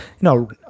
no